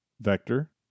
Vector